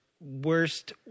worst